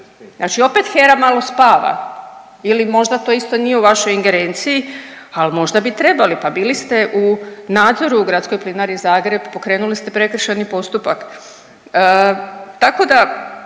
Znači opet HERA malo spava ili možda to isto nije u vašoj ingerenciji, al možda bi trebali. Pa bili ste u nadzoru u Gradskoj plinari Zagreb pokrenuli ste prekršajni postupak. Tako da